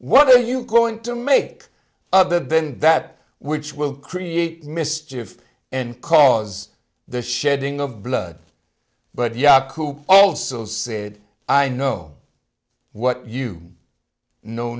what are you going to make other than that which will create mischief and cause the shedding of blood but yaku also says i know what you know